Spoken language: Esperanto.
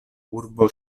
urbo